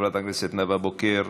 חברת הכנסת נאוה בוקר,